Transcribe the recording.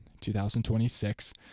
2026